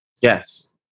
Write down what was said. yes